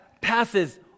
passes